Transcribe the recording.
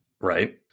Right